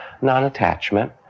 non-attachment